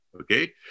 Okay